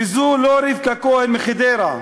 וזו לא רבקה כהן מחדרה,